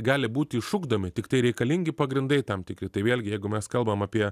gali būti išugdomi tiktai reikalingi pagrindai tam tikri tai vėlgi jeigu mes kalbam apie